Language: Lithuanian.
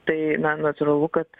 tai na natūralu kad